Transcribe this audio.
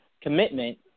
commitment